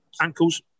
ankles